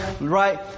right